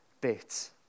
bit